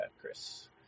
Chris